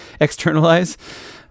externalize